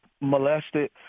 molested